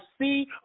see